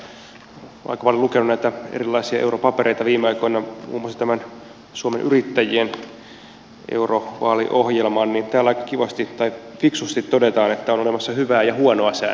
vaikka minä olen lukenut näitä erilaisia europapereita viime aikoina muun muassa tämän suomen yrittäjien eurovaaliohjelman niin täällä fiksusti todetaan että on olemassa hyvää ja huonoa sääntelyä